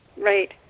right